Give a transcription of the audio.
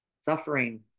suffering